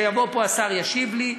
שיבוא פה השר, ישיב לי,